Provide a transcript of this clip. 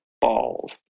balls